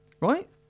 right